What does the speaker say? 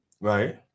Right